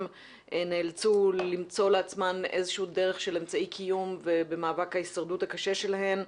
נאלצו למצוא לעצמן איזושהי דרך של אמצעי קיום במאבק ההישרדות הקשה שלהן.